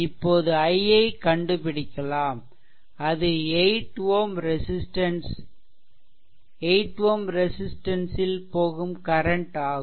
இப்போது I ஐ கண்டுபிடிக்கலாம்அது 8 Ω ரெசிஸ்ட்டன்ஸ் ல் போகும் கரன்ட் ஆகும்